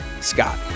Scott